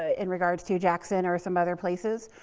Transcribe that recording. ah in regards to jackson or some other places,